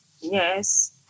Yes